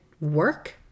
work